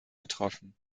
getroffen